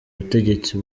butegetsi